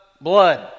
blood